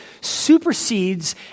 supersedes